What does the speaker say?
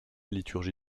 liturgie